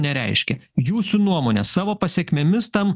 nereiškia jūsų nuomone savo pasekmėmis tam